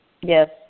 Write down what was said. Yes